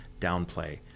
downplay